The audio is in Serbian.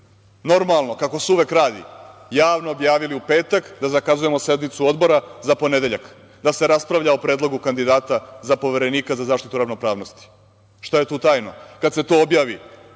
normalno, kako se uvek radi, javno objavili u petak da zakazujemo sednicu Odbora za ponedeljak, da se raspravlja o Predlogu kandidata za Poverenika za zaštitu ravnopravnosti. Šta je tu tajno, kad se to objavi